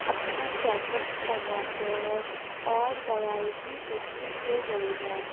اپنا check up کرواتے ہیں اور دوائی بھی سستی ہو گئی ہے